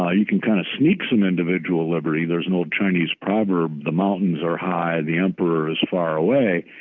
ah you can kind of sneak some individual liberty. there's an old chinese proverb, the mountains are high, the emperor is far away.